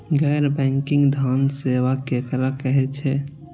गैर बैंकिंग धान सेवा केकरा कहे छे?